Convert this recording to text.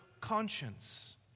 conscience